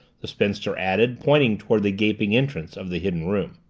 the spinster added, pointing toward the gaping entrance of the hidden room.